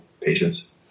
patients